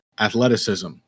athleticism